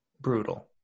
brutal